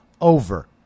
over